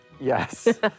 Yes